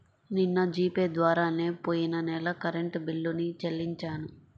నిన్న G Pay ద్వారానే పొయ్యిన నెల కరెంట్ బిల్లుని చెల్లించాను